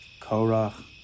Korach